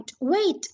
Wait